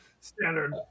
Standard